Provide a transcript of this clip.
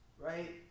right